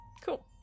cool